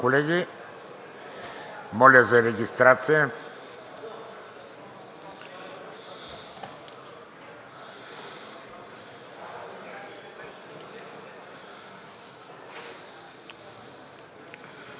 Моля за регистрация.